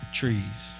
trees